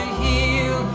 heal